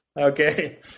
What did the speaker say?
Okay